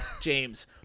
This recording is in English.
james